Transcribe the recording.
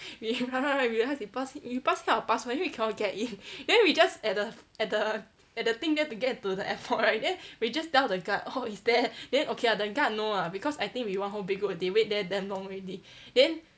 we run run run we pass we pass him our passport then we cannot get in then we just at the at the at the thing there to get to the airport right then we just tell the guard oh it's there then okay ah the guard know ah because I think we one whole big group they wait there damn long already then